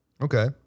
Okay